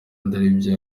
ariyo